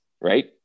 Right